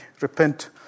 Repent